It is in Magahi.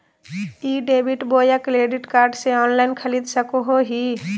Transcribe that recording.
ई डेबिट बोया क्रेडिट कार्ड से ऑनलाइन खरीद सको हिए?